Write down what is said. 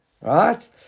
Right